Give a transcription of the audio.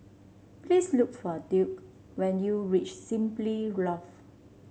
please look for Duke when you reach Simply Lodge